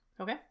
okay